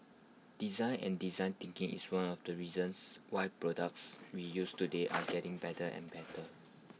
design and design thinking is one of the reasons why products we use today are getting better and better